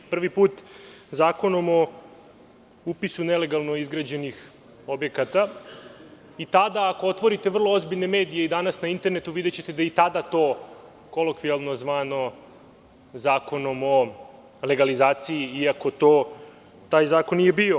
Prvi put Zakonom o upisu nelegalno izgrađenih objekata i tada ako otvorite vrlo ozbiljne medije i danas na internetu videćete da je i tada to kolokvijalno zvano Zakonom o legalizaciji iako taj zakon nije bio.